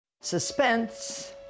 Suspense